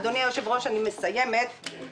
אדוני היושב-ראש, אני מסיימת בכך